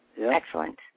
Excellent